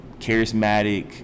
charismatic